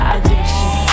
Addiction